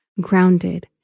grounded